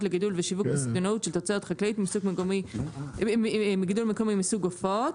לגידול ושיווק בסיטונאות של תוצרת חקלאית מגידול מקומי מסוג עופות,